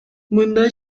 мындай